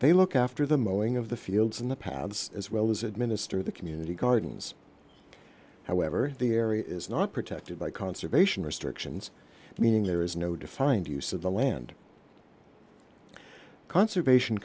they look after them owing of the fields and the paths as well as administer the community gardens however the area is not protected by conservation restrictions meaning there is no defined use of the land conservation